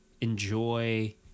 enjoy